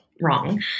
wrong